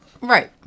Right